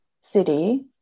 city